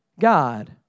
God